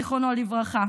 זיכרונו לברכה.